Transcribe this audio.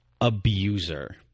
abuser